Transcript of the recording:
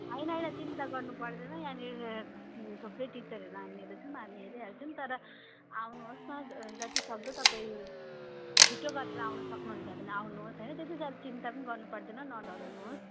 होइन होइन चिन्ता गर्नु पर्दैन यहाँनिर थुप्रै टिचर हामीहरू छौँ हामी हेरिहाल्छौ तर आउनुहोस् न जति सक्दो तपाईँ छिटो गरेर आउन सक्नुहुन्छ भने आउनुहोस् होन त्यतिसाह्रो चिन्ता पनि गर्नु पर्दैन न डराउनुहोस्